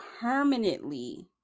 permanently